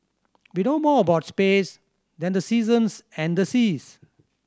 we know more about space than the seasons and the seas